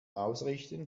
ausrichten